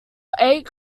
eight